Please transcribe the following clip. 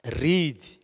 read